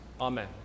Amen